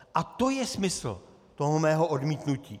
A to je smysl mého odmítnutí.